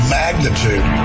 magnitude